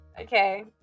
Okay